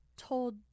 Told